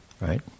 right